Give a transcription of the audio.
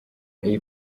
iyi